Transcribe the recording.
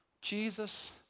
Jesus